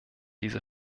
diese